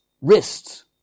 wrists